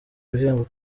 ibihembo